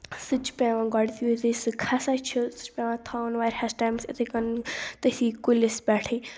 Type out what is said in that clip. سُہ تہِ چھُ پیٚوان گۄڈٕنیٚتھٕے سُہ کھسان چھُ سُہ چھُ پیٚوان تھاوُن واریَاہَس ٹایَمَس یِتھٕے کٔنۍ تٔتھٕے کُلِس پیٚٹھٕے